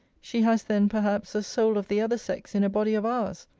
she has then, perhaps, a soul of the other sex in a body of ours.